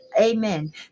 amen